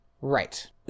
Right